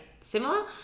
similar